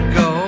go